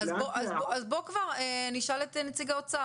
אז בוא כבר נשאל את נציג האוצר,